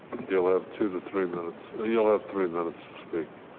you'll have two to three minutes. you'll have three minutes to speak.